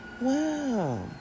Wow